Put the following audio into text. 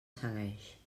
segueix